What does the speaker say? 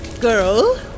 Girl